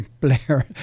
Blair